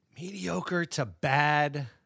Mediocre-to-bad